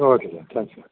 okay thank you